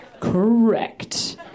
correct